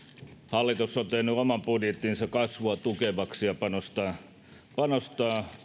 hallitus on tehnyt oman budjettinsa kasvua tukevaksi ja panostaa